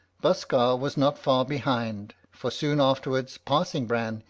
buskar was not far behind, for soon afterwards passing bran,